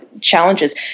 challenges